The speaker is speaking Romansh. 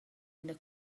ina